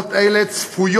צפוי